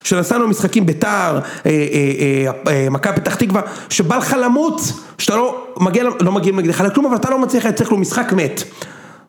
כשנסענו משחקים ביתר, מכבי פתח תקווה, שבא לך למות, שאתה לא מגיע... לא מגיעים נגדך לכלום, אבל אתה לא מצליח לייצר כלום, משחק מת.